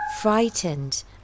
frightened